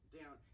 down